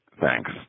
Thanks